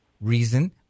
reason